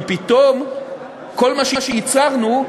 כי פתאום כל מה שייצרנו,